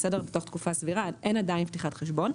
בתוך תקופה סבירה אין עדיין פתיחת חשבון,